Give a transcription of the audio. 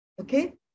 okay